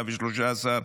113,